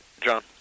John